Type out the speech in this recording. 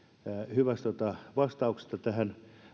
hyvästä vastauksesta tähän